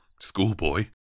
schoolboy